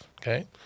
okay